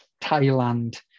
Thailand